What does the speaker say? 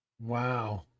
Wow